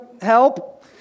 help